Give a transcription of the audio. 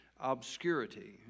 obscurity